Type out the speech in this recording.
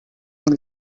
mil